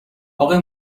آقای